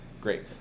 Great